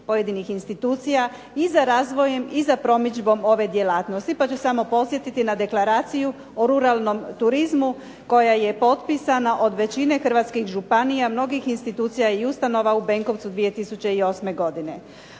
pojedinih institucija i za razvojem i za promidžbom ove djelatnosti. Pa ću samo podsjetiti na Deklaraciju o ruralnom turizmu koja je potpisana od većine hrvatskih županija, mnogih institucija i ustanova u Benkovcu 2008. godine.